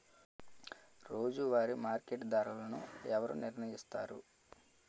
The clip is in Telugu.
రోజువారి మార్కెట్ ధరలను ఎవరు నిర్ణయిస్తారు?